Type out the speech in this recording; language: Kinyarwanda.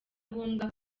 ngombwa